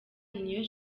niyo